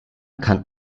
kann